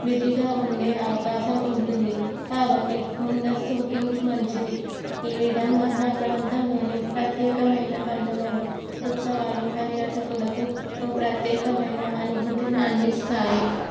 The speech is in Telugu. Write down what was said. బిజీగా ఉండే అవకాశం ఉంటుంది కాబట్టి ముందస్తు బుకింగ్ మంచిది ఈ విధంగా నా ప్రాంతంలోని ప్రత్యేకమైన పండుగలు ఉత్సవాలు పర్యాటకులకు ఒక ప్రత్యేకమైన అనుభూతిని అందిస్తాయి